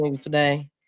today